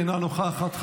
אינה נוכחת,